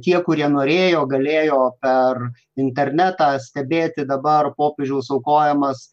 tie kurie norėjo galėjo per internetą stebėti dabar popiežiaus aukojamas